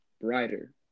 brighter